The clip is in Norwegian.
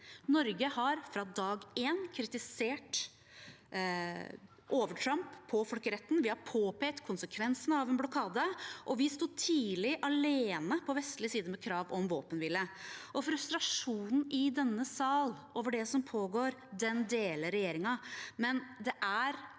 Norge har fra dag én kritisert overtramp på folkeretten. Vi har påpekt konsekvensene av en blokade, og vi sto tidlig alene på vestlig side med krav om våpenhvile. Regjeringen deler frustrasjonen i denne sal over det som pågår, men det er i denne